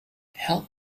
help